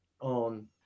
on